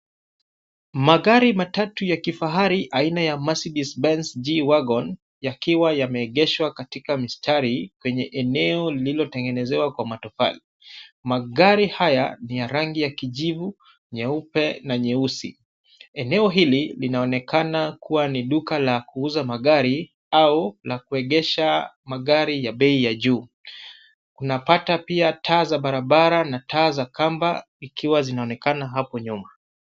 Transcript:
Magari matatu ya kifahari aina ya Mercedes-Benz G-Wagon yakiwa yameegeshwa katika mistari kwenye eneo lililotengenezewa kwa matofali. Magari haya ni ya rangi ya kijivu, nyeupe, na nyeusi. Eneo hili linaonekana kuwa ni duka la kuuza magari au la kuegesha magari ya bei ya juu. Kunapata pia taa za barabara na taa za kamba ikiwa zinaonekana hapo nyuma.